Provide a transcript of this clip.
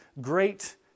great